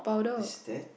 is that